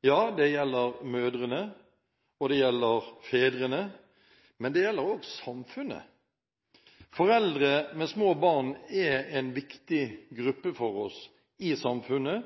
ja, det gjelder mødrene, og det gjelder fedrene, men det gjelder også samfunnet. Foreldre med små barn er en viktig gruppe for oss i samfunnet,